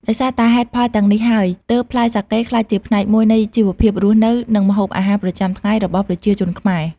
ដោយសារតែហេតុផលទាំងនេះហើយ ទើបផ្លែសាកេក្លាយជាផ្នែកមួយនៃជីវភាពរស់នៅ និងម្ហូបអាហារប្រចាំថ្ងៃរបស់ប្រជាជនខ្មែរ។